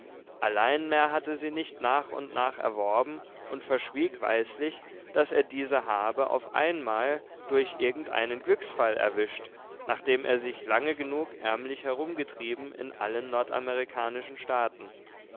allein er hatte sie nicht nach und nach erworben und verschwieg weislich daß er diese habe auf einmal durch irgendeinen glücksfall erwischt nachdem er sich lange genug ärmlich herumgetrieben in allen nordamerikanischen staaten